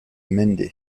mende